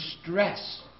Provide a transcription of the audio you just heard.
stress